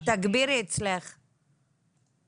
נעבור לנציגת ויצ"ו או למישהו מהנוכחים עד שנתקן את הבעיה